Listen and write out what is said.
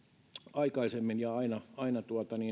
aikaisemmin ja aina aina